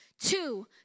Two